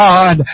God